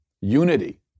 unity